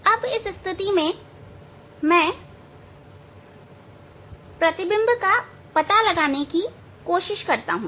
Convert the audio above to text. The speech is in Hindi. अब इस स्थिति में मैं प्रतिबिंब का पता लगाने की कोशिश करूंगा